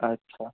ଆଚ୍ଛା